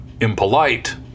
impolite